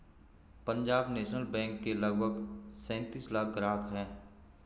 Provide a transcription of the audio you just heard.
Punjab national bank के लगभग सैंतीस लाख ग्राहक हैं